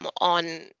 on